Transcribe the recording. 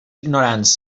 ignorància